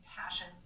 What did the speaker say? passion